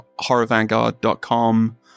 horrorvanguard.com